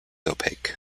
opaque